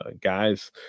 guys